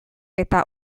eta